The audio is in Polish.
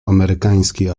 amerykański